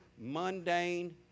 mundane